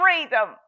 freedom